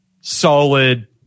solid